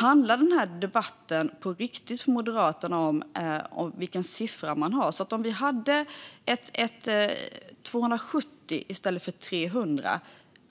Handlar den här debatten på riktigt för Moderaterna om siffran, så att om det var 270 vargar i stället för 300